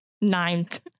ninth